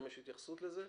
סעיף ב' זה הגובה.